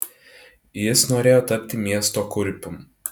jis norėjo tapti miesto kurpium